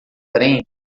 trem